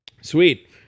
Sweet